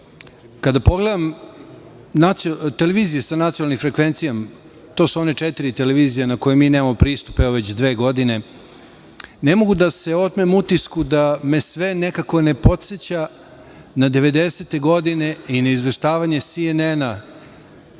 pogledam televizije sa nacionalnim frekvencijama, to su one četiri televizije na koje mi nemamo pristup, evo već dve godine, ne mogu da se otmem utisku da me sve nekako ne podseća na 90-te godine i na izveštavanje SNN